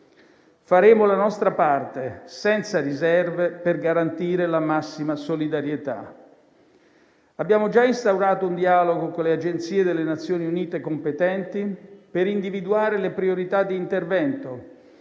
Faremo la nostra parte senza riserve per garantire la massima solidarietà. Abbiamo già instaurato un dialogo con le Agenzie delle Nazioni Unite competenti per individuare le priorità di intervento